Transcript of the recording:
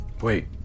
Wait